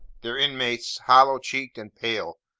their inmates hollow-cheeked and pale,